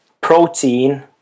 protein